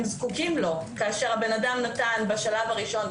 זקוקים לו כאשר הבן אדם נתן בשלב הראשון,